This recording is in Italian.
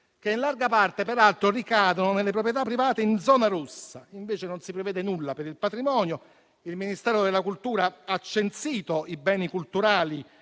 che, in larga parte peraltro, ricadono nelle proprietà private in zona rossa. Invece, non si prevede nulla per il patrimonio; il Ministero della cultura ha censito i beni culturali